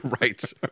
Right